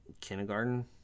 Kindergarten